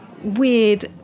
weird